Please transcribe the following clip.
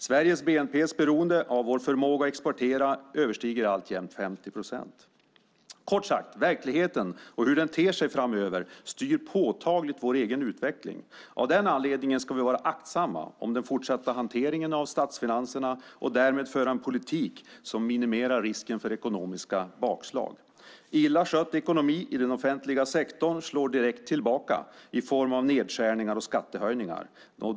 Sveriges bnp:s beroende av vår förmåga att exportera överstiger alltjämt 50 procent. Kort sagt: Verkligheten och hur den ter sig framöver styr påtagligt vår egen utveckling. Av den anledningen ska vi vara aktsamma om den fortsatta hanteringen av statsfinanserna och därmed föra en politik som minimerar risken för ekonomiska bakslag. Illa skött ekonomi i den offentliga sektorn slår direkt tillbaka i form av nedskärningar och skattehöjningar.